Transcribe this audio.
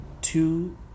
two